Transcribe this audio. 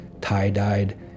tie-dyed